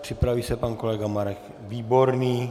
Připraví se pan kolega Marek Výborný.